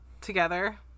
together